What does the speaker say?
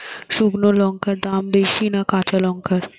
শুক্নো লঙ্কার দাম বেশি না কাঁচা লঙ্কার?